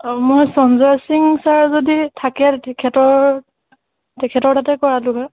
অঁ মই সঞ্জয় সিং ছাৰ যদি থাকে তেখেতৰ তেখেতৰ তাতে কৰালোঁ হয়